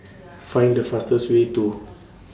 Find The fastest Way to